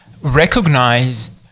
recognized